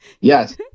Yes